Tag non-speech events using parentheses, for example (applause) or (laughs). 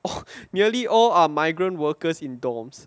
(laughs) nearly all are migrant workers in dorms